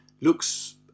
looks